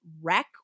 wreck